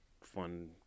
fun